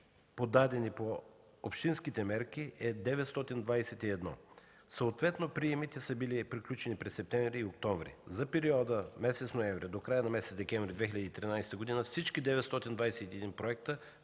подадени по общинските мерки, е 921. Съответно приемите са били приключени през месеците септември и октомври. За периода месец ноември до края на месец декември 2013 г. всички 921 проекта